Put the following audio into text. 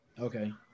Okay